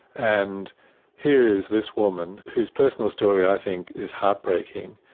and here is this woman whose personal story i think is heartbreaking,